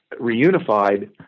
reunified